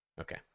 Okay